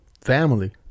Family